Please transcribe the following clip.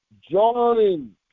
join